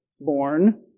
born